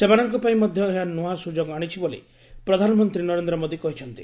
ସେମାନଙ୍କ ପାଇଁ ମଧ ଏହା ନିଆ ସୁଯୋଗ ଆଶିଛି ବୋଲି ପ୍ରଧାନମନ୍ତୀ ନରେନ୍ଦ ମୋଦି କହିଛନ୍ତି